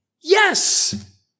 yes